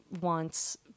wants